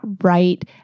right